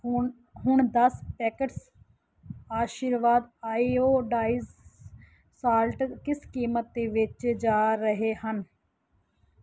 ਹੁਣ ਹੁਣ ਦਸ ਪੈਕੇਟਸ ਆਸ਼ੀਰਵਾਦ ਆਇਓਡਾਇਜ ਸਾਲਟ ਕਿਸ ਕੀਮਤ 'ਤੇ ਵੇਚੇ ਜਾ ਰਹੇ ਹਨ